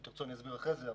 אני אסביר אחרי זה.